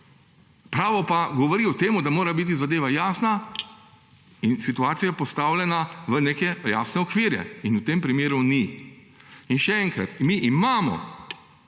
Pravo pa govori o tem, da mora biti zadeva jasna in situacija postavljena v neke jasne okvire. In v tem primeru ni. In še enkrat, mi imamo